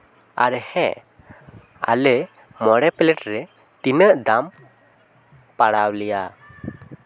ᱟᱨ ᱦᱮᱸ ᱟᱞᱮ ᱢᱚᱬᱮ ᱯᱞᱮ ᱴ ᱨᱮ ᱛᱤᱱᱟᱹᱜ ᱫᱟᱢ ᱯᱟᱲᱟᱣ ᱞᱮᱭᱟ